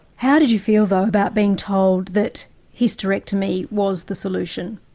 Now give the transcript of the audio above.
how did you feel though about being told that hysterectomy was the solution?